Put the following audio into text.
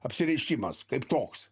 apsireiškimas kaip toks